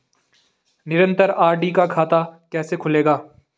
निरन्तर आर.डी का खाता कैसे खुलेगा?